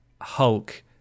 Hulk